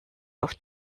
auf